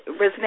resonate